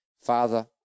Father